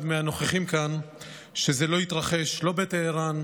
מהנוכחים כאן שזה לא התרחש לא בטהראן,